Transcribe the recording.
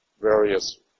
various